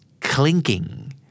clinking